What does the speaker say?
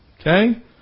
Okay